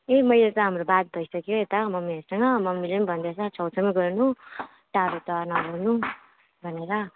ए मैले त हाम्रो बात भइसक्यो यता मम्मीहरूसँग मम्मीले पनि भन्दैछ छेउछेउमा गर्नु टाढो त नलिनु भनेर